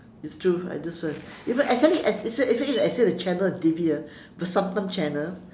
it's true that's why you know actually it's a it's a it's a as if channel a T_V ah the vasantham channel